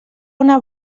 una